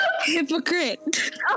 hypocrite